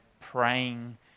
praying